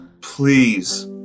Please